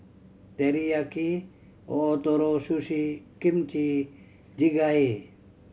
Teriyaki Ootoro Sushi Kimchi Jjigae